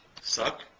suck